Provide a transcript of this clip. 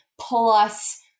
plus